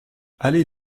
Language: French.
allée